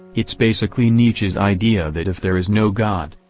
it's basically nietzsche's idea that if there is no god,